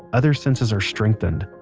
other senses are strengthened,